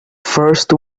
first